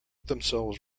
themselves